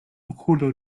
okulo